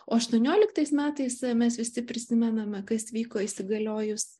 o aštuonioliktais metais mes visi prisimename kas vyko įsigaliojus